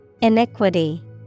Iniquity